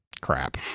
crap